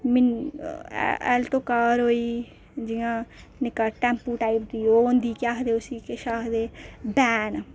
Alto car होई जि'यां निक्का टेंम्पू टाइप दी ओह् होंदी केह् आखदे उसी किश आखदे वैन